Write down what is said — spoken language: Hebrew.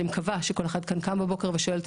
אני מקווה שכל אחד כאן קם בבוקר ושואל את